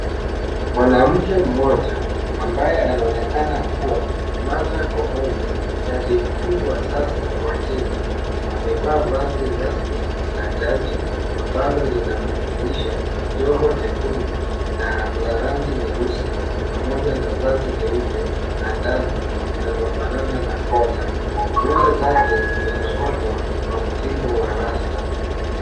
Mwanamke mmoja ambaye anaonekana kuwa Martha Koome, Jaji Mkuu wa sasa wa Kenya, amevaa vazi rasmi la jaji, ambalo linamjumuisha joho jekundu na la rangi nyeusi pamoja na vazi jeupe la ndani linalofanana na kola, nywele zake zimesokotwa kwa mtindo wa rasta.